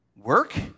Work